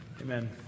amen